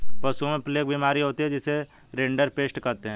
पशुओं में प्लेग बीमारी होती है जिसे रिंडरपेस्ट कहते हैं